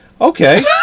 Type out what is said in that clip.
Okay